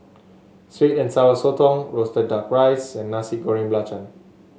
sweet and Sour Sotong roasted duck rice and Nasi Goreng Belacan